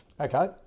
Okay